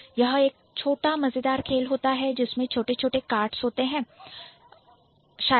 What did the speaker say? यह एक छोटा मजेदार खेल होता है जिसमें छोटे छोटे karts होते हैं शायद